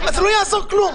הרי זה לא יעזור כלום.